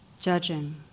Judging